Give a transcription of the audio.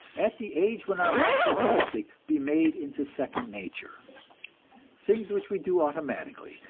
at the age when our minds are plastic, be made into second nature things which we do automatically,